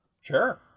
Sure